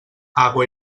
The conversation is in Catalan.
aigua